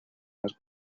más